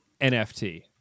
NFT